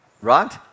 Right